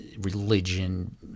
religion